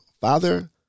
father